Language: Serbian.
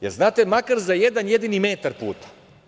Jer, znate makar za jedan jedini metar puta?